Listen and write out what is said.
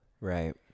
Right